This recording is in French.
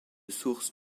source